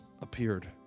appeared